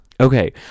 Okay